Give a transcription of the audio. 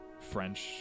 French